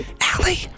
Allie